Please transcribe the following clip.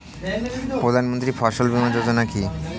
প্রধানমন্ত্রী ফসল বীমা যোজনা কি?